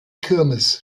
kirmes